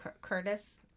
Curtis